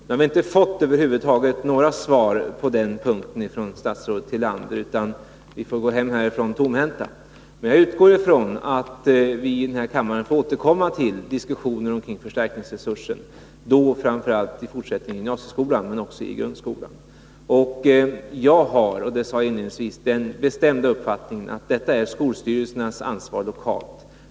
Nu har vi inte fått något svar över huvud taget på den punkten från statsrådet Tillander, utan vi får gå hem härifrån tomhänta. Men jag utgår ifrån att vi i denna kammare får återkomma till diskussioner kring förstärkningsresursen, framför allt i gymnasieskolan men också i grundskolan. Jag har, som jag sade inledningsvis, den bestämda uppfattningen att skolstyrelserna lokalt har ansvar för detta.